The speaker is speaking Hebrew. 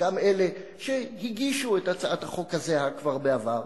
גם אלה שהגישו את הצעת החוק הזו כבר בעבר,